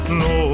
no